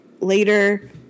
later